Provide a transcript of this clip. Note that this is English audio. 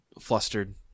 flustered